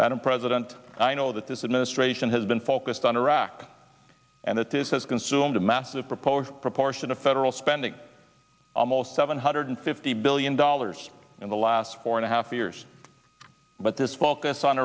madam president i know that this administration has been focused on iraq and that this has consumed a massive proposed proportion of federal spending almost seven hundred fifty billion dollars in the last four and a half years but this focus on